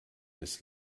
ist